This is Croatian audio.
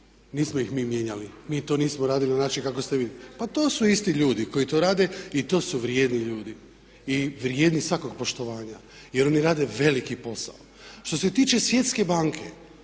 nismo ih mi mijenjali. Mi to nismo radili na način kako ste vi. Pa to su isti ljudi koji to rade i to su vrijedni ljudi i vrijedni svakog poštovanja jer oni rade veliki posao. Što se tiče Svjetske banke